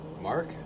Mark